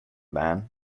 man